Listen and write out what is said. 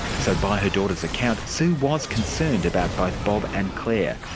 so by her daughter's account, sue was concerned about both bob and claire.